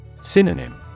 Synonym